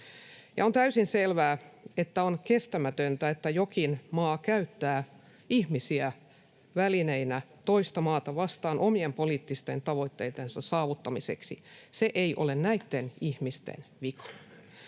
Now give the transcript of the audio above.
on täysin selvää, että on kestämätöntä, että jokin maa käyttää ihmisiä välineinä toista maata vastaan omien poliittisten tavoitteittensa saavuttamiseksi. Se ei ole näitten ihmisten vika.